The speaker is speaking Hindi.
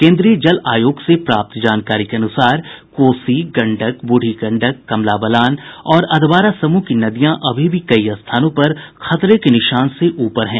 केन्द्रीय जल आयोग से प्राप्त जानकारी के अनुसार कोसी गंडक बूढ़ी गंडक कमला बलान और अधवारा समूह की नदियां अभी भी कई स्थानों पर खतरे के निशान से ऊपर हैं